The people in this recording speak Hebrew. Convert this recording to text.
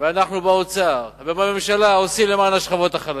ואנחנו, באוצר ובממשלה, עושים למען השכבות החלשות.